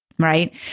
right